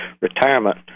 retirement